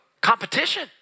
competition